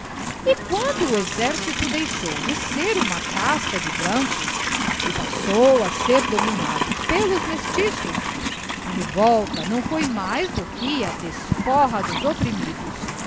e quando o exercito deixou de ser uma casta de brancos e passou a ser dominado pelos mestiços a revolta não foi mais do que a desforra dos opprimidos